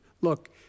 look